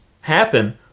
happen